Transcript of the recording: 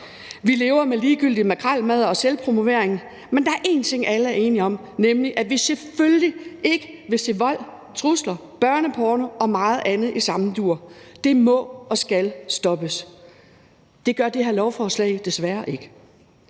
Vi lever med ligegyldige makrelmadder og selvpromovering, men der er én ting, alle er enige om, nemlig at vi selvfølgelig ikke vil se vold, trusler, børneporno og meget andet i samme dur. Det må og skal stoppes. Det gør det her lovforslag desværre ikke.